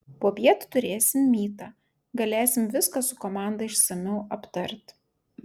popiet turėsim mytą galėsim viską su komanda išsamiau aptart